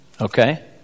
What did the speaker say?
okay